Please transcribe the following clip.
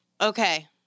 Okay